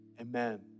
Amen